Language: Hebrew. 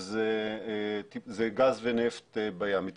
בדבר הכי בטוח קורות